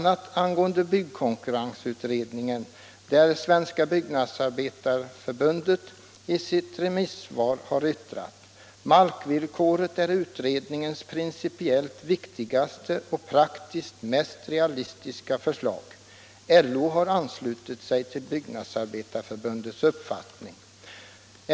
När det gäller byggkonkurrensutredningen har Svenska byggnadsarbetareförbundet i sitt remissvar yttrat: ”Markvillkoret är utredningens principiellt viktigaste och praktiskt mest realistiska förslag.” LO har anslutit sig till Byggnadsarbetareförbundets uppfattning.